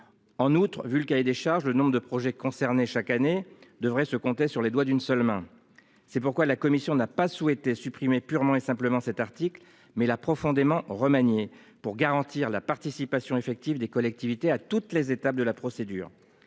En outre, vu le cahier des charges. Le nombre de projets concernés chaque année devrait se comptaient sur les doigts d'une seule main. C'est pourquoi la commission n'a pas souhaité supprimer purement et simplement cet article mais l'a profondément remanié pour garantir la participation effective des collectivités à toutes les étapes de la procédure.